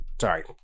Sorry